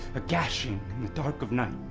a gashing in the dark of night.